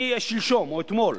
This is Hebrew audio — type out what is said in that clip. משלשום או אתמול.